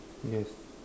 yes